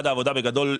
בגדול,